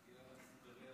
אדוני היושב-ראש,